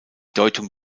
deutung